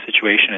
situation